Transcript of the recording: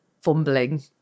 fumbling